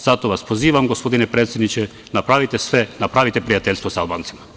Zato vas pozivam, gospodine predsedniče, napravite sve, napravite prijateljstvo sa Albancima.